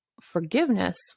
forgiveness